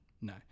No